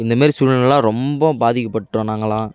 இந்தமாரி சூழ் நிலைலாம் ரொம்பம் பாதிக்கப்பட்டுடோம் நாங்களெலாம்